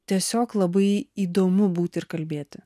tiesiog labai įdomu būti ir kalbėti